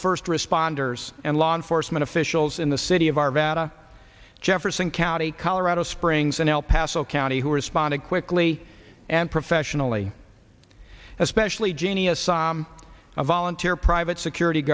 first responders and law enforcement officials in the city of arvada jefferson county colorado springs and el paso county who responded quickly and professionally especially genia some a volunteer private security